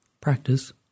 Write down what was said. practice